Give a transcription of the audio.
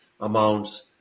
amounts